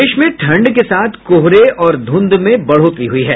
प्रदेश में ठंड के साथ कोहरे और धूंध में बढ़ोतरी हुई है